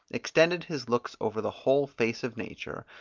extended his looks over the whole face of nature,